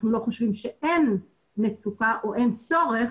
אנחנו לא חושבים שאין מצוקה או אין צורך.